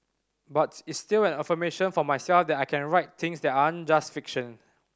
but it's still an affirmation for myself that I can write things that aren't just fiction